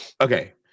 Okay